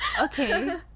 okay